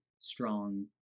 strong